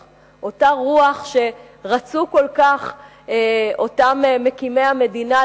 אותה רוח שרצו כל כך אותם מקימי המדינה להכניס?